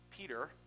Peter